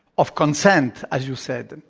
of consent, as you said,